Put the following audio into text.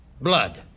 Blood